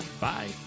Bye